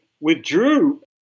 withdrew